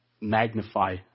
magnify